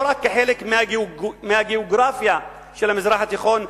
רק כחלק מהגיאוגרפיה של המזרח התיכון,